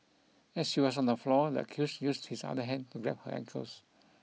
as she was on the floor the accused used his other hand to grab her ankles